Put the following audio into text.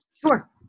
Sure